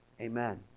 Amen